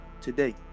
today